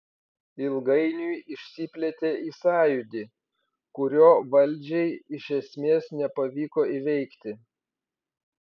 ilgainiui išsiplėtė į sąjūdį kurio valdžiai iš esmės nepavyko įveikti